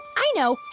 i know.